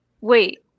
wait